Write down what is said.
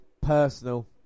personal